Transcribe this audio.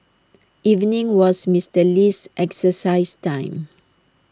evening was Mister Lee's exercise time